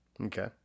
Okay